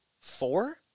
four